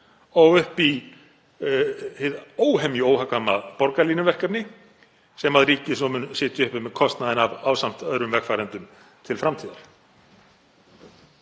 og upp í hið óhemju óhagkvæma borgarlínuverkefni sem ríkið mun svo sitja uppi með kostnaðinn af ásamt öðrum vegfarendum til framtíðar.